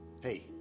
Hey